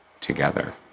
together